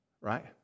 Right